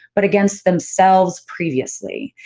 but against themselves previously.